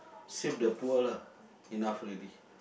save the poor lah enough already